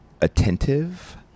attentive